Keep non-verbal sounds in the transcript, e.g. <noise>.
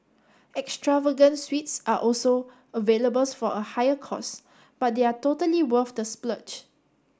extravagant suites are also available <unintelligible> for a higher cost but they are totally worth the splurge